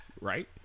right